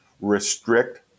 restrict